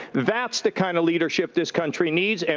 that's the kind of leadership this country needs. and